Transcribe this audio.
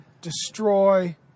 destroy